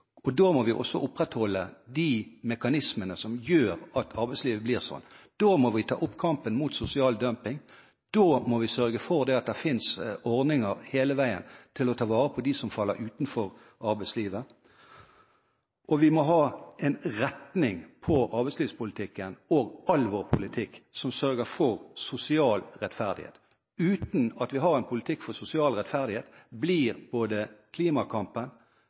og da må vi også opprettholde de mekanismene som gjør at arbeidslivet blir slik. Da må vi ta opp kampen mot sosial dumping, da må vi sørge for at det finnes ordninger hele veien for å ta vare på dem som faller utenfor arbeidslivet, og vi må ha en retning på arbeidslivspolitikken – og all vår politikk – som sørger for sosial rettferdighet. Uten at vi har en politikk for sosial rettferdighet, blir både klimakampen,